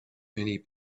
many